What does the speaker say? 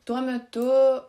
tuo metu